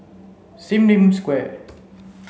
Sim Lim Square